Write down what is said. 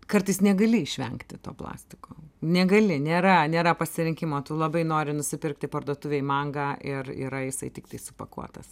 kartais negali išvengti to plastiko negali nėra nėra pasirinkimo tu labai nori nusipirkti parduotuvėj mangą ir yra jisai tiktai supakuotas